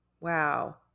Wow